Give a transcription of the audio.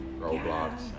roadblocks